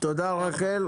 תודה, רחל.